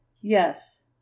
Yes